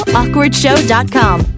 awkwardshow.com